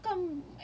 it's a bit